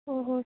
हो हो